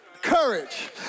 Courage